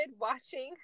watching